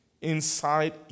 inside